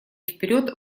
вперед